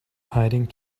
hiding